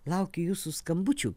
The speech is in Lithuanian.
laukiu jūsų skambučių